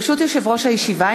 ברשות יושב-ראש הישיבה,